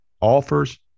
offers